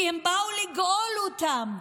כי הם באו לגאול אותם.